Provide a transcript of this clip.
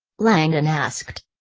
langdon asked.